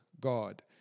God